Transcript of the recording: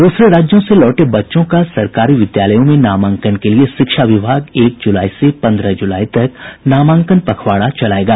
दूसरे राज्यों से लौटे बच्चों का सरकारी विद्यालयों में नामांकन के लिए शिक्षा विभाग एक जुलाई से पन्द्रह जुलाई तक नामांकन पखवाड़ा चलायेगा